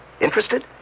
Interested